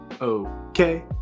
okay